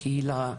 קהילה,